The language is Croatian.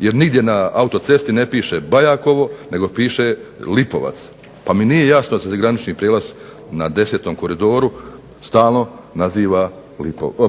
Jer nigdje na autocesti ne piše Bajakovo nego piše LIpovac, pa mi nije da granični prijelaz na 10. koridoru stalno naziva